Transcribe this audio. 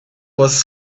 was